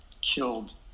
killed